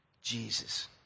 Jesus